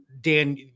Dan